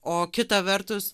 o kita vertus